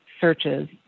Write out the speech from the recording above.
searches